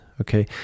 Okay